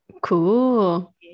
cool